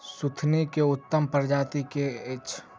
सुथनी केँ उत्तम प्रजाति केँ अछि?